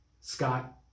Scott